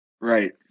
Right